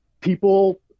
people